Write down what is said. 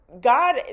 God